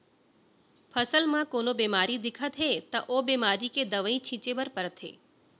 फसल म कोनो बेमारी दिखत हे त ओ बेमारी के दवई छिंचे बर परथे